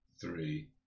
three